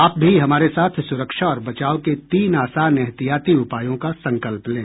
आप भी हमारे साथ सुरक्षा और बचाव के तीन आसान एहतियाती उपायों का संकल्प लें